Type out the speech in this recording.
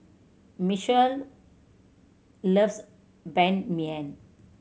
Michael loves Ban Mian